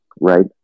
right